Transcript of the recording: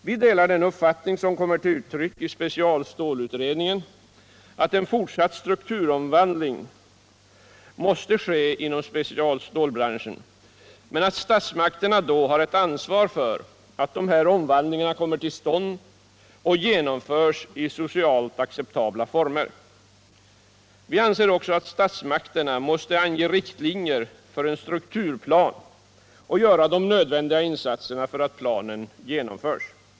Vi delar den uppfattning som kommer till uttryck i specialstålutredningen, att en fortsatt strukturomvandling måste ske inom specialstålbranschen, men att statsmakterna då har ett ansvar för att dessa omvandlingar kommer till stånd och genomförs i socialt acceptabla former. Vi anser också att statsmakterna måste ange riktlinjer för en strukturplan och göra de nödvändiga insatserna för att planen genomförs.